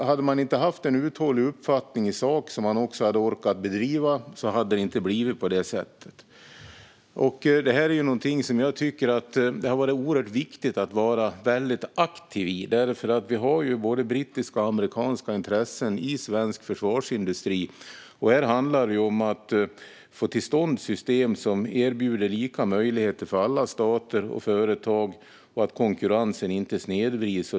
Hade vi inte haft en uthållig uppfattning i sak som vi också hade orkat driva hade det inte blivit på det sättet. Detta är någonting som det har varit oerhört viktigt att vara väldigt aktiv i. Vi har både brittiska och amerikanska intressen i svensk försvarsindustri. Här handlar det om att få till stånd system som erbjuder lika möjligheter för alla stater och företag och att konkurrensen inte snedvrids.